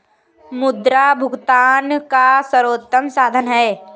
मुद्रा भुगतान का सर्वोत्तम साधन है